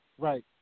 Right